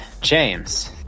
James